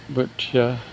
बोथिया